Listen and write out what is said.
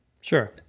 Sure